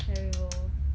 terrible